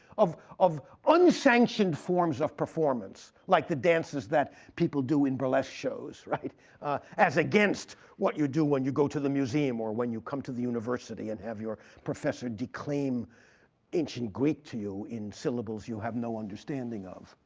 of of unsanctioned forms of performance, like the dances that people do in burlesque shows, as against what you do when you go to the museum, or when you come to the university and have your professor declaim ancient greek to you in syllables you have no understanding of.